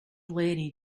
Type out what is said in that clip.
lady